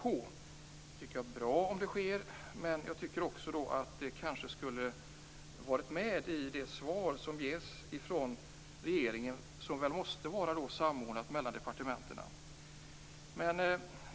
Det är bra om så sker, men jag tycker också att det kanske borde har nämnts i regeringens interpellationssvar, som väl måste vara samordnat mellan departementen.